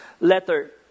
letter